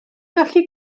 gallu